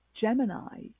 Gemini